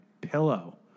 pillow